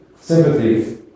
sympathy